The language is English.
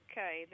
Okay